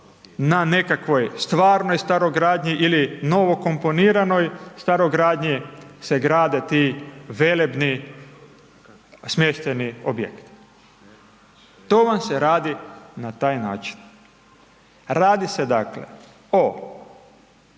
na nekakvoj stvarno starogradnji ili novo komponiranoj starogradnji se grade ti velebni smještajni objekti. To vam se radi na taj način. Radi se dakle o